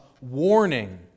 warning